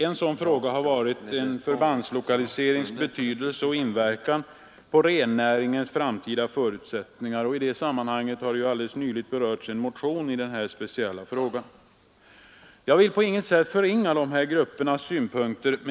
En sådan har varit en förbandslokaliserings betydelse och inverkan på rennäringens framtida förutsättningar. En motion i den speciella frågan har nyligen berörts. Jag vill på inget sätt förringa dessa gruppers synpunkter.